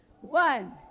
One